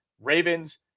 Ravens